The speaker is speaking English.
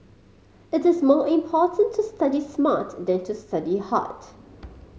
it is more important to study smart than to study hard